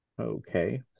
Okay